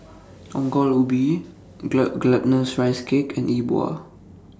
Ongol Ubi Glutinous Rice Cake and E Bua